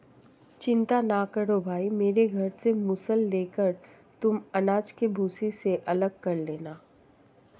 चिंता ना करो भाई मेरे घर से मूसल लेकर तुम अनाज को भूसी से अलग कर लेना